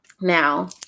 Now